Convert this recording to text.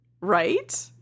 Right